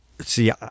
See